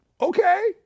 Okay